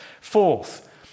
Fourth